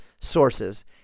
sources